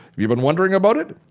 you've been wondering about it?